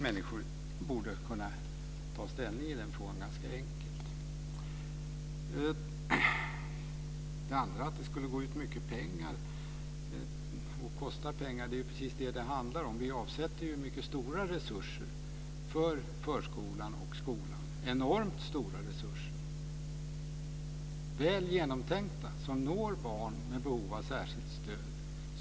Människor borde kunna ta ställning i den frågan ganska enkelt. Att det skulle kosta mycket pengar är precis vad det handlar om. Vi avsätter mycket stora resurser för förskolan och skolan, enormt stora resurser. De är väl genomtänkta och når barn med behov av särskilt stöd.